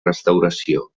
restauració